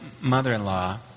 mother-in-law